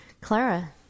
Clara